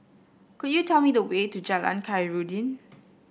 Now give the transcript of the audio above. could you tell me the way to Jalan Khairuddin